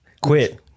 Quit